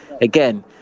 again